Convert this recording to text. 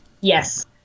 yes